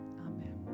Amen